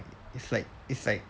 it's like it's like